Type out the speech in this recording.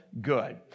good